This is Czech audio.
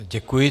Děkuji.